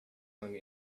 hung